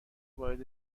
وارد